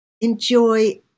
enjoy